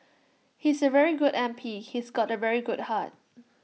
he's A very good M P he's got A very good heart